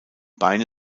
beine